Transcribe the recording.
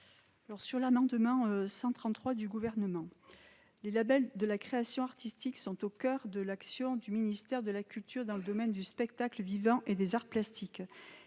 est l'avis de la commission spéciale ? Les labels de la création artistique sont au coeur de l'action du ministère de la culture, dans le domaine du spectacle vivant et des arts plastiques.